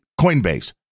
Coinbase